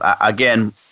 again